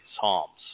Psalms